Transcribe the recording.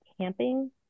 camping